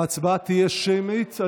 ההצבעה תהיה שמית.